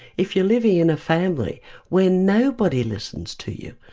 if you're living in a family where nobody listens to you,